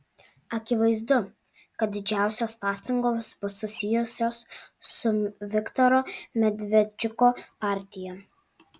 akivaizdu kad didžiausios pastangos bus susijusios su viktoro medvedčiuko partija